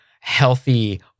healthy